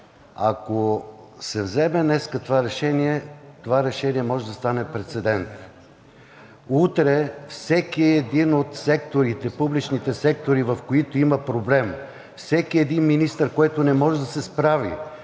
ако се вземе днес това решение, това решение може да стане прецедент. Утре всеки един от секторите, публичните сектори, в които има проблем, всеки един министър, който не може да се справи